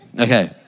Okay